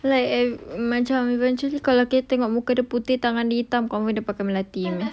like I I macam eventually kalau kita tengok muka dia putih tangan hitam confirm ada pakai melati punya